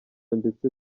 ndetse